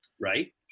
Right